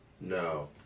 No